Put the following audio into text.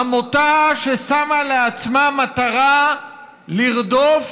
עמותה ששמה לעצמה מטרה לרדוף,